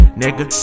nigga